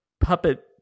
puppet